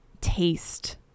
taste